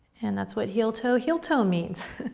and that's what heel toe, heel toe means.